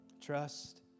Trust